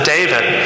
David